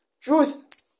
Truth